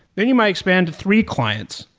then you might expand to three clients,